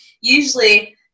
Usually